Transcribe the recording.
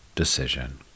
decision